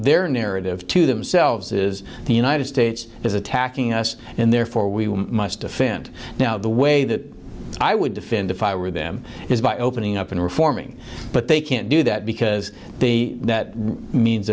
their narrative to themselves is the united states is attacking us and therefore we must defend now the way that i would defend if i were them is by opening up and reforming but they can't do that because the that means